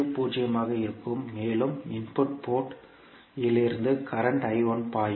பூஜ்ஜியமாக இருக்கும் மேலும் இன்புட் போர்ட் இலிருந்து கரண்ட் பாயும்